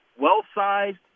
well-sized